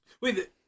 Wait